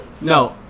No